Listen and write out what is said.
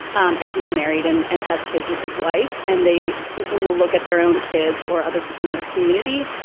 um and who's married and and has kids with his wife and they will look at their own kids or other people in their community.